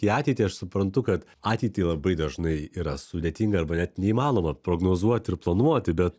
į ateitį aš suprantu kad ateitį labai dažnai yra sudėtinga arba net neįmanoma prognozuot ir planuoti bet